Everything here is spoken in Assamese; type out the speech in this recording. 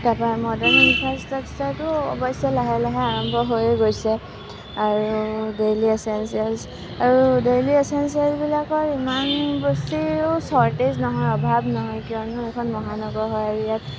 তাৰপৰা মডাৰ্ণ ইনফ্ৰাষ্ট্ৰাকচাৰটো অৱশ্যে লাহে লাহে আৰম্ভ হৈ গৈছে আৰু ডেইলি এচেনছিয়েলছ আৰু ডেইলি এচেনছিয়েলছ বিলাকৰ ইমান বেছিও চৰ্টেজ নহয় অভাৱ নহয় কিয়নো এইখন মহানগৰ হয় ইয়াত